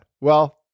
Well-